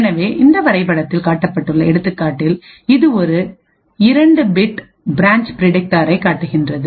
எனவே இந்த வரைபடத்தில் காட்டப்பட்டுள்ள எடுத்துக்காட்டில் இது ஒரு 2 பிட் பிரான்ச் பிரடிக்டாரைக் காட்டுகிறது